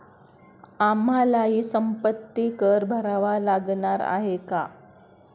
आम्हालाही संपत्ती कर भरावा लागणार आहे का?